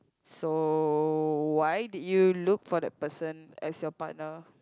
so why did you look for that person as your partner